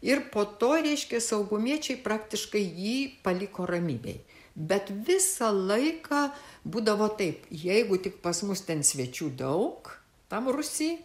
ir po to reiškia saugumiečiai praktiškai jį paliko ramybėj bet visą laiką būdavo taip jeigu tik pas mus ten svečių daug tam rūsy